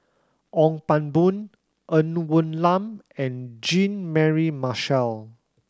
Ong Pang Boon Ng Woon Lam and Jean Mary Marshall